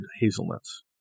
hazelnuts